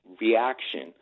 reaction